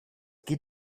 geht